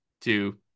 two